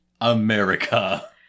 America